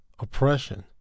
Oppression